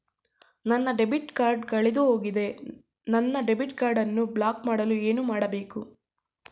ನನ್ನ debit card ಕಳೆದುಹೋಗಿದೆ ನನ್ನ ಡೆಬಿಟ್ ಕಾರ್ಡ್ ಅನ್ನು ಬ್ಲಾಕ್ ಮಾಡಲು ಏನು ಮಾಡಬೇಕು?